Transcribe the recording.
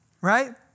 right